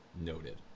noted